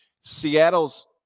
seattle's